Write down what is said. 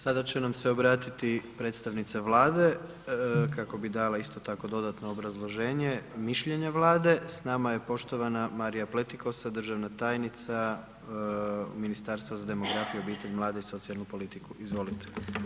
Sada će nam se obratiti predstavnica Vlade kako bi dala isto tako dodatno obrazloženje, mišljenje Vlade, s nama je poštovana Marija Pletikosa, državna tajnica Ministarstva za demografiju, obitelj, mlade i socijalnu politiku, izvolite.